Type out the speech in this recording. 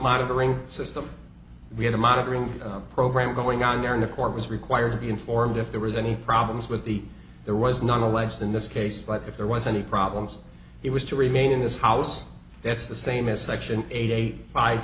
monitoring system we had a monitoring program going on there and the court was required to be informed if there was any problems with the there was none the less than this case but if there was any problems it was to remain in this house that's the same as section eight